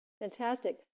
Fantastic